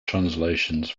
translations